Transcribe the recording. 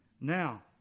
Now